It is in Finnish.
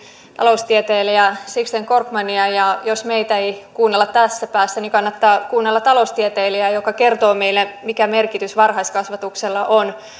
taloustieteilijä sixten korkmania ja jos meitä ei kuunnella tässä päässä niin kannattaa kuunnella taloustieteilijää joka kertoo meille mikä merkitys varhaiskasvatuksella on